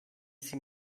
sie